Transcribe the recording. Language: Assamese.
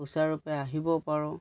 সুচাৰুৰূপে আহিব পাৰোঁ